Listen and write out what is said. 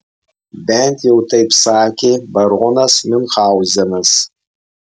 bent jau taip sakė baronas miunchauzenas